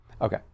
Okay